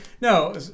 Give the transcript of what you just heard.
No